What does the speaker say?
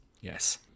Yes